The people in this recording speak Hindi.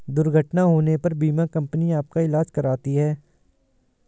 दुर्घटना होने पर बीमा कंपनी आपका ईलाज कराती है